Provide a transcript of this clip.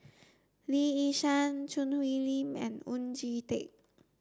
Lee Yi Shyan Choo Hwee Lim and Oon Jin Teik